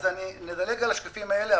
נדלג על השקפים האלה,